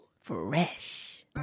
Fresh